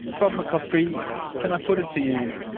bob mccoskrie, yeah can i put it to you,